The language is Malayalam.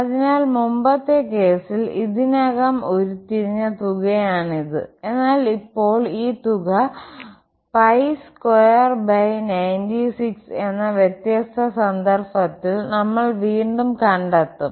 അതിനാൽ മുമ്പത്തെ കേസിൽ ഇതിനകം ഉരുത്തിരിഞ്ഞ തുകയാണിത് എന്നാൽ ഇപ്പോൾ ഈ തുക 2 96 എന്ന വ്യത്യസ്ത സന്ദർഭത്തിൽ നമ്മൾ വീണ്ടും കണ്ടെത്തും